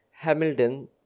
Hamilton